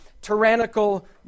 tyrannical